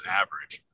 average